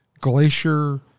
glacier